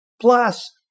Plus